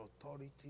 authority